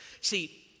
See